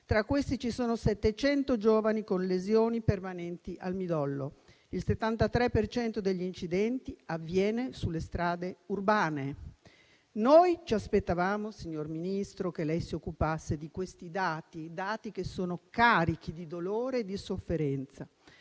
Tra questi, ci sono 700 giovani con lesioni permanenti al midollo. Il 73 per cento degli incidenti avviene sulle strade urbane. Noi ci aspettavamo, signor Ministro, che lei si occupasse di questi dati, dati che sono carichi di dolore e di sofferenza.